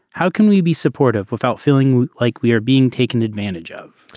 how can we be supportive without feeling like we are being taken advantage of